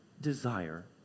desire